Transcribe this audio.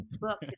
book